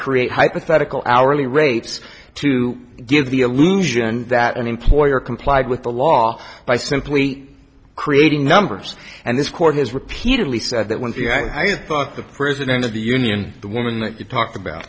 create hypothetical hourly rates to give the illusion that an employer complied with the law by simply creating numbers and this court has repeatedly said that one thing i thought the president of the union the women that you talked about